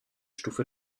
stufe